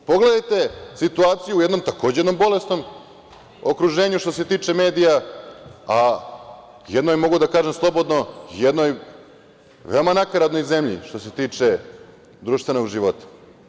Pogledajte situaciju u jednom takođe bolesnom okruženju što se tiče medija, a jednoj, mogu da kažem slobodno, jednoj veoma nakaradnoj zemlji, što se tiče društvenog života.